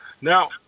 Now